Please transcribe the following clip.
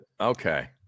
Okay